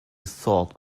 thought